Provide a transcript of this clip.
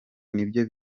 nibyo